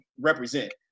represent